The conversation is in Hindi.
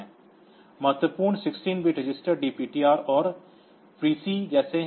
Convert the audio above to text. महत्वपूर्ण 16 बिट रजिस्टर DPTR और PC जैसे हैं